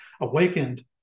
awakened